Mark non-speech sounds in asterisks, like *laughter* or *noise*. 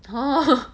oh *laughs*